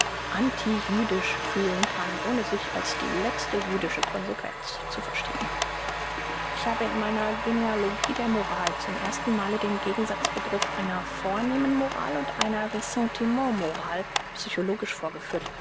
antijüdisch fühlen kann ohne sich als die letzte jüdische consequenz zu verstehn ich habe in meiner genealogie der moral zum ersten male den gegensatz begriff einer vornehmen moral und einer ressentiment moral psychologisch vorgeführt